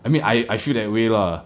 I mean I I feel that way lah